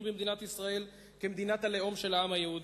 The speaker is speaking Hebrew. במדינת ישראל כמדינת הלאום של העם היהודי.